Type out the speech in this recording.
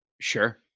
Sure